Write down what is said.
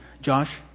Josh